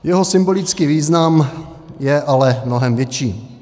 Jeho symbolický význam je ale mnohem větší.